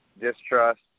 distrust